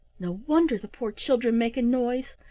no wonder the poor children make a noise.